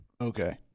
Okay